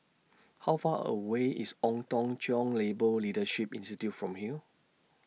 How Far away IS Ong Tong Cheong Labour Leadership Institute from here